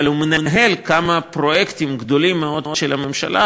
אבל הוא מנהל כמה פרויקטים גדולים מאוד של הממשלה,